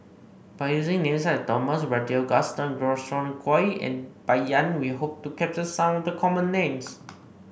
by using names such as Thomas Braddell Gaston Dutronquoy and Bai Yan we hope to capture some of the common names